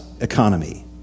economy